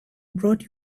brought